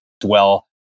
dwell